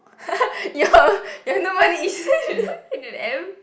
you you no money issues H and M